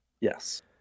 Yes